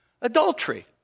Adultery